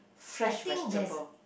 fresh vegetable